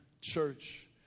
church